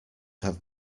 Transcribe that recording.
have